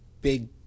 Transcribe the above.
big